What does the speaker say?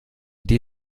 dir